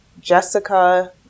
Jessica